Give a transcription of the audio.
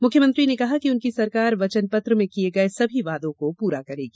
मुख्यमंत्री ने कहा कि उनकी सरकार वचन पत्र में किये गये सभी वादों को पूरा करेगी